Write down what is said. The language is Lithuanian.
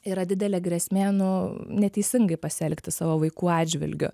yra didelė grėsmė nu neteisingai pasielgti savo vaikų atžvilgiu